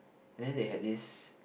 and then they had this